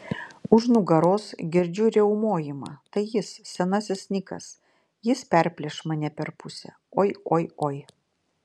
už nugaros girdžiu riaumojimą tai jis senasis nikas jis perplėš mane per pusę oi oi oi